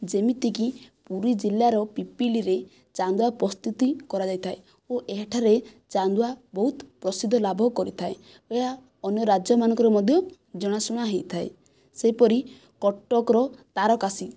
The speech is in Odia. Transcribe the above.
ଯେମିତିକି ପୁରୀ ଜିଲ୍ଲାର ପିପିଲିରେ ଚାନ୍ଦୁଆ ପ୍ରସ୍ତୁତି କରାଯାଇଥାଏ ଓ ଏହାଠାରେ ଚାନ୍ଦୁଆ ବହୁତ ପ୍ରସିଦ୍ଧ ଲାଭ କରିଥାଏ ଏହା ଅନ୍ୟ ରାଜ୍ୟମାନଙ୍କରେ ମଧ୍ୟ ଜଣାଶୁଣା ହୋଇଥାଏ ସେହିପରି କଟକର ତାରକସି